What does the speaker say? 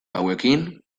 hauekin